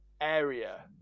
area